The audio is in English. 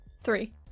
Three